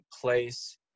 place